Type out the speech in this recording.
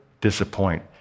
disappoint